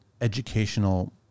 educational